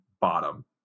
bottom